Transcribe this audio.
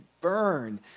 burn